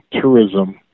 tourism